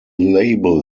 label